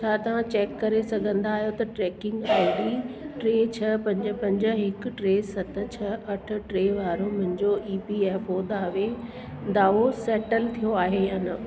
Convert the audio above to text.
छा तव्हां चेक करे सघंदा आहियो त ट्रैकिंग आई डी टे छह पंज पंज हिकु टे सत छह अठ टे वारो मुंहिंजो ई पी एफ ओ दावे दावो सेटल थियो आहे या न